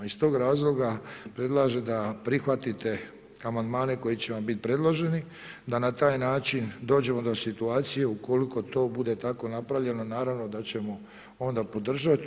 Iz tog razloga predlažem da prihvatite amandmane koji će vam biti predloženi, da na taj način dođemo do situacije ukoliko to bude tako napravljeno, naravno da ćemo onda podržati.